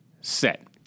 set